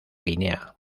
guinea